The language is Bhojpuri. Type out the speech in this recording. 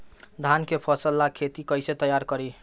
धान के फ़सल ला खेती कइसे तैयार करी?